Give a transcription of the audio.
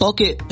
Okay